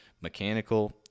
mechanical